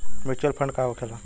Mutual fund का होखेला?